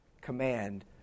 command